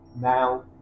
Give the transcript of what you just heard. now